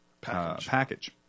package